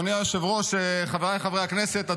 חבריי חברי הכנסת,